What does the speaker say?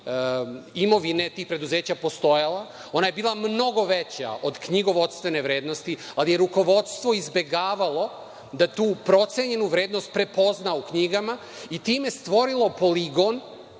imovine tih preduzeća postojala. Ona je bila mnogo veća od knjigovodstvene vrednosti, ali je rukovodstvo izbegavalo da tu procenjenu vrednost prepozna u knjigama i time stvorilo poligon